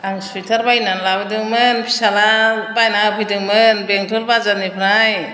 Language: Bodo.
आं सुवेटार बायनानै लाबोदोंमोन फिसाज्ला बायना होफैदोंमोन बेंथल बाजारनिफ्राय